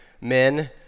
men